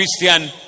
Christian